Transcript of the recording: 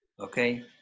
okay